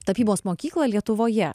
tapybos mokyklą lietuvoje